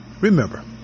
remember